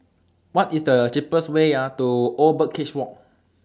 What IS The cheapest Way to Old Birdcage Walk